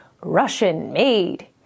Russian-made